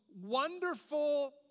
wonderful